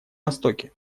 востоке